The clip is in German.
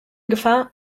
gefahr